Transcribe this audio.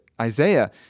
Isaiah